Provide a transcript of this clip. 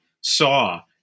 saw